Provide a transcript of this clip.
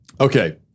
Okay